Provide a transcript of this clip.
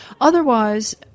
otherwise